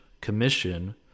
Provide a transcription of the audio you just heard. commission